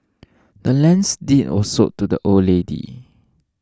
the land's deed was sold to the old lady